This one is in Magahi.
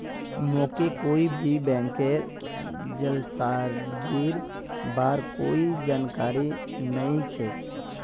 मोके कोई भी बैंकेर जालसाजीर बार कोई जानकारी नइ छेक